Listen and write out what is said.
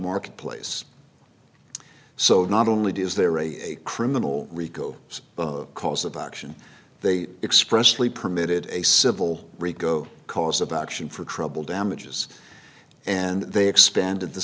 marketplace so not only do is there a criminal rico cause of action they express lee permitted a civil rico cause of action for trouble damages and they expanded the